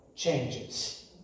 changes